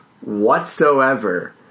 whatsoever